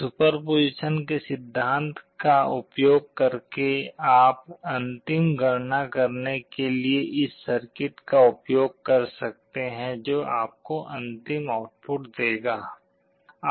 superposition के सिद्धांत का उपयोग करके आप अंतिम गणना करने के लिए इस सर्किट का उपयोग कर सकते हैं जो आपको अंतिम आउटपुट देगा